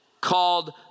called